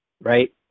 right